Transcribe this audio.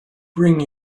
bring